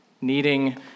needing